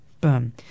Boom